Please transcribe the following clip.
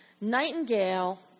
Nightingale